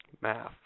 Math